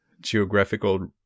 geographical